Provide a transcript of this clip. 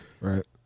Right